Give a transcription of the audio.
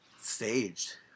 staged